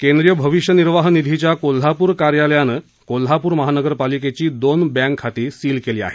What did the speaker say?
केंद्रीय भविष्य निर्वाह निधीच्या कोल्हापूर कार्यालयानं कोल्हापूर महानगरपालिकेची दोन बँक खाती सील केली आहेत